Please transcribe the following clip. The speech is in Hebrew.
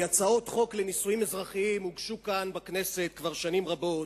כי הצעות חוק לנישואים אזרחיים הוגשו כאן בכנסת כבר פעמים רבות,